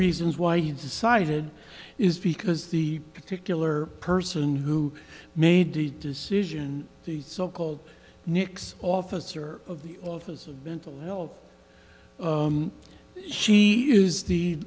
reasons why you decided is because the particular person who made the decision the so called nics officer of the office of mental health she is the